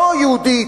לא יהודית,